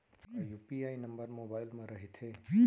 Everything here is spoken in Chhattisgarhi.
का यू.पी.आई नंबर मोबाइल म रहिथे?